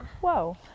Whoa